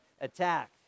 attack